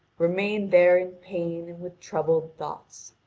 remained there in pain and with troubled thoughts.